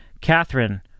Catherine